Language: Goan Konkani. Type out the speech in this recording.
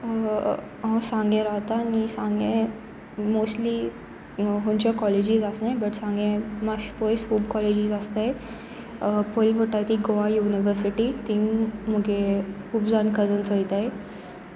हांव सांगें रावतां आनी सांगें मोस्टली खंयचे कॉलेजीस आसनात बट सांगें मातशें पयस खूब कॉलेजीस आसतात पयली म्हणटात ती गोवा युनिवर्सिटी थंय म्हजी खूब जाण कजन्स वतात